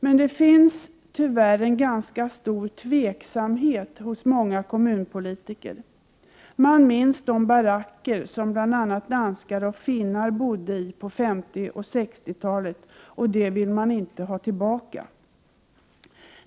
Men det finns tyvärr en ganska stor tveksamhet hos många kommunpolitiker. De minns de baracker som bl.a. danskar och finnar bodde i på 50 och 60-talen, och det vill de inte ha tillbaka.